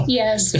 yes